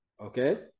okay